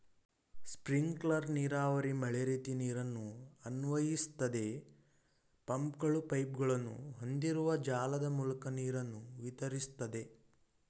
sprinkler ನೀರಾವರಿ ಮಳೆರೀತಿ ನೀರನ್ನು ಅನ್ವಯಿಸ್ತದೆ ಪಂಪ್ಗಳು ಪೈಪ್ಗಳನ್ನು ಹೊಂದಿರುವ ಜಾಲದ ಮೂಲಕ ನೀರನ್ನು ವಿತರಿಸ್ತದೆ